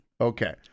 Okay